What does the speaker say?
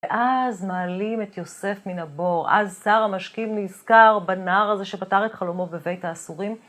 ואז מעלים את יוסף מן הבור, אז שר המשקים נזכר בנער הזה שפתר את חלומו בבית האסורים.